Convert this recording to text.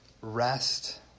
rest